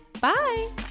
Bye